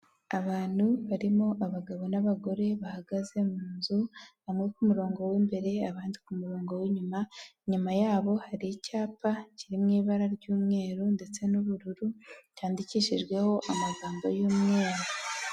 abantu barimo abagabo n'abagore bahagaze munzu hamwe kumurongo w'imbere abandika kumurongo w'inyuma, inyuma yabo hari icyapa kiri mu ibara ry'umweru ndetse n'ubururu cyandikishijweho amagambo y'umweru.